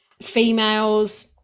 females